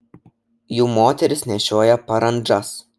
jų moterys nešioja parandžas